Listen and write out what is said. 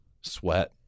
sweat